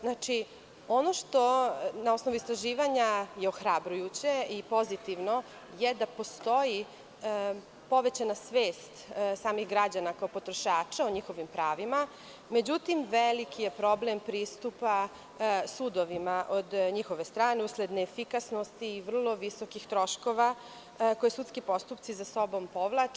Znači, ono što je na osnovu istraživanja ohrabrujuće i pozitivno jeste da postoji povećana svest samih građana, koja potrošača u njihovim pravima, ali je veliki problem pristupa sudovima od njihove strane, usled neefikasnosti i vrlo visokih troškova, koje sudski postupci za sobom povlače.